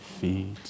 feet